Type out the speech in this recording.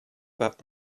pas